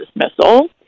dismissal